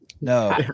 No